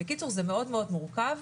בקיצור זה מאוד מאוד מורכב.